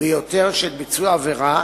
ביותר של ביצוע העבירה